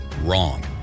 Wrong